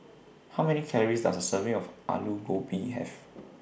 How Many Calories Does A Serving of Aloo Gobi Have